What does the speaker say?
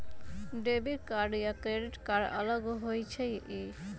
Debit card या credit card अलग होईछ ई?